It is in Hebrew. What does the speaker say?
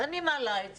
אני מעלה את זה.